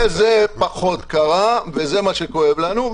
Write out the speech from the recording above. זה פחות קרה וזה מה שכואב לנו.